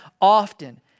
often